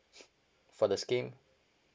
for the scheme